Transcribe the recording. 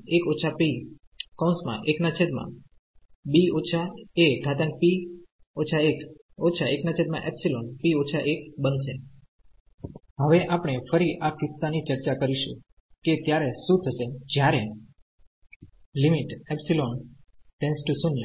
Now we will again discuss the case that what will happen when હવે આપણે ફરી આ કિસ્સા ની ચર્ચા કરીશું કે ત્યારે શું થશે જ્યારે તેથી ફરીથી